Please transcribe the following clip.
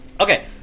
okay